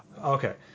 Okay